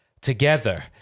together